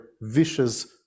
vicious